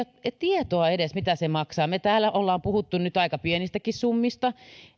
ei ole tietoa edes mitä se maksaa me täällä olemme puhuneet nyt aika pienistäkin summista